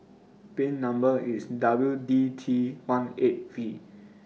W D T one eight V